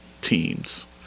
teams